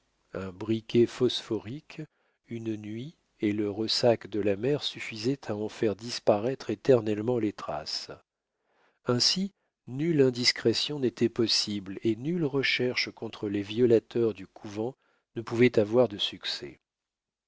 un briquet phosphorique une nuit et le ressac de la mer suffisaient à en faire disparaître éternellement les traces ainsi nulle indiscrétion n'était possible et nulle recherche contre les violateurs du couvent ne pouvait avoir de succès